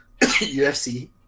UFC